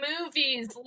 movies